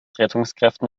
rettungskräften